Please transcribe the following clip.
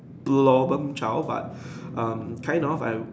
problem child but um kind of I